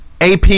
AP